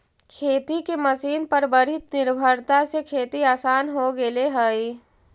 खेती के मशीन पर बढ़ीत निर्भरता से खेती आसान हो गेले हई